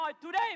today